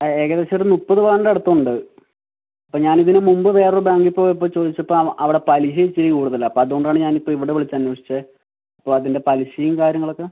ഏകദേശം ഒരു മുപ്പതു പവൻ്റടുത്തുണ്ട് അപ്പം ഞാനിതിനു മുൻപ് വേറൊരു ബാങ്കിൽ പോയപ്പോൾ ചോദിച്ചപ്പോൾ അവിടെ പലിശ ഇച്ചിരി കൂടുതലാണ് അപ്പം അതുകൊണ്ടാണ് ഞാനിപ്പോൾ ഇവിടെ വിളിച്ചന്വേഷിച്ചത് അപ്പം അതിൻ്റെ പലിശയും കാര്യങ്ങളൊക്കെ